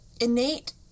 innate